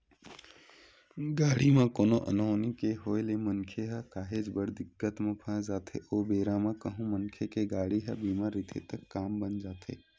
गाड़ी म कोनो अनहोनी के होय ले मनखे ह काहेच बड़ दिक्कत म फस जाथे ओ बेरा म कहूँ मनखे के गाड़ी ह बीमा रहिथे त काम बन जाथे